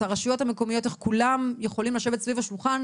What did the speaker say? הרשויות המקומיות איך כולם יכולים לשבת סביב השולחן,